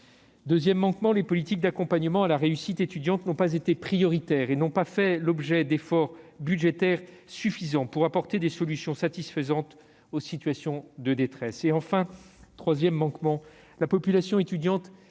étudiants. Ensuite, les politiques d'accompagnement à la réussite étudiante n'ont pas été prioritaires et n'ont pas fait l'objet d'efforts budgétaires suffisants pour apporter des solutions satisfaisantes aux situations de détresse. Enfin, la population étudiante